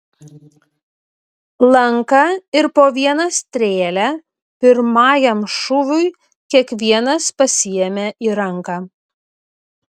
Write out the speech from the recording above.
lanką ir po vieną strėlę pirmajam šūviui kiekvienas pasiėmė į ranką